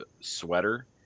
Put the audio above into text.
sweater